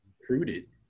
recruited